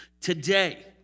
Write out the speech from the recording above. Today